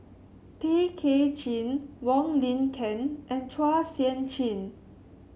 Tay Kay Chin Wong Lin Ken and Chua Sian Chin